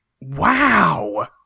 Wow